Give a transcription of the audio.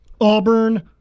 Auburn